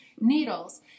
needles